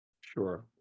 Sure